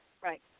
Right